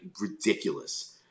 ridiculous